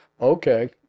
Okay